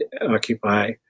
occupy